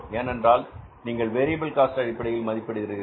ஏனென்றால் நீங்கள் variable cost அடிப்படையில் மதிப்பிடுகிறீர்கள்